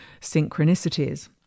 synchronicities